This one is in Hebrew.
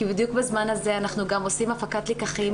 כי בדיוק בזמן הזה אנחנו גם עושים הפקת לקחים,